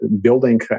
building